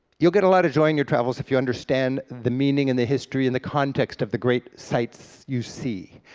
you'll get a lot of joy in your travels if you understand the meaning, and the history, and the context of the great sites, you see.